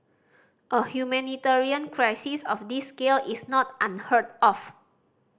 a humanitarian crisis of this scale is not unheard of